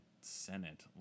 Senate